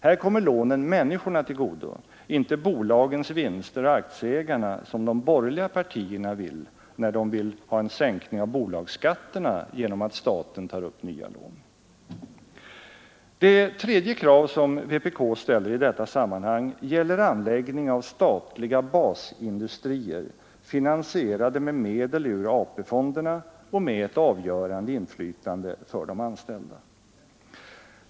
Här kommer lånen människorna till godo, inte bolagens vinster och aktieägarna som de borgerliga partierna vill, när de önskar en sänkning av bolagsskatterna genom att staten tar upp nya lån. Det tredje kravet som vpk ställer i detta sammanhang gäller anläggning av statliga basindustrier, finansierade med medel ur AP-fonderna och med ett avgörande inflytande för de anställda.